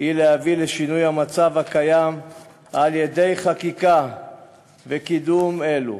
היא להביא לשינוי המצב הקיים על-ידי חקיקה וקידום אלו